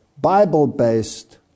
Bible-based